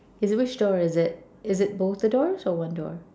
is it which door is it is it both the doors or one door